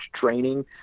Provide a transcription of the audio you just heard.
training